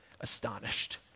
astonished